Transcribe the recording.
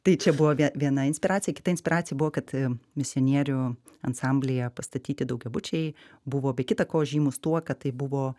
tai čia buvo vie viena inspiracija kita inspiracija buvo kad misionierių ansamblyje pastatyti daugiabučiai buvo be kita ko žymūs tuo kad tai buvo